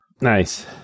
Nice